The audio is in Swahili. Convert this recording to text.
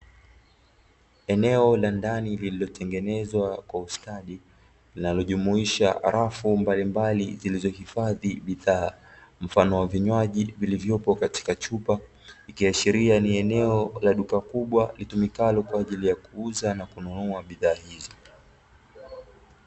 Eneo la ndani lililotengenezwa kwa ustadi linalojumuisha rafu mbalimbali zilizohifadhi bidhaa, mfano wa vinywaji vilivyopo katika chupa vikiashiria ni eneo la duka kubwa litumikalo kwa ajili ya kuuza na kununua bidhaa hizo.